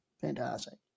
fantastic